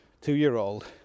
two-year-old